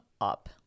up